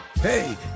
Hey